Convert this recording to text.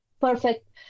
perfect